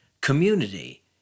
Community